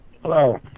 Hello